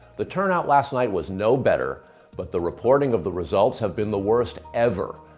the turnout last night was no better but the reporting of the results has been the worst ever.